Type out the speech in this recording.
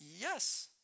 Yes